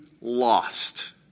lost